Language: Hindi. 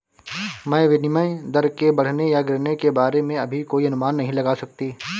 मैं विनिमय दर के बढ़ने या गिरने के बारे में अभी कोई अनुमान नहीं लगा सकती